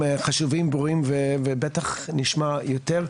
חשובים, ברורים ובטח נשמע יותר.